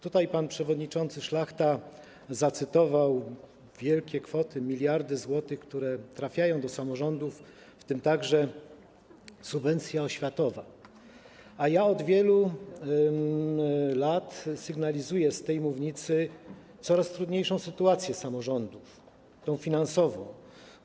Tutaj pan przewodniczący Szlachta zacytował wielkie kwoty, miliardy złotych, które trafiają do samorządów, w tym także w ramach subwencji oświatowej, a ja od wielu lat sygnalizuję z tej mównicy coraz trudniejszą sytuację finansową samorządów.